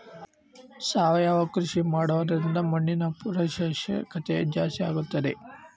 ಸಾವಯವ ಕೃಷಿ ಮಾಡೋದ್ರಿಂದ ಮಣ್ಣಿನ ಪೌಷ್ಠಿಕತೆ ಜಾಸ್ತಿ ಆಗ್ತೈತಾ?